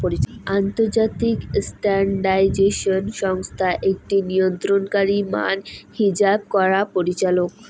আন্তর্জাতিক স্ট্যান্ডার্ডাইজেশন সংস্থা আকটি নিয়ন্ত্রণকারী মান হিছাব করাং পরিচালক